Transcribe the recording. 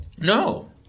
No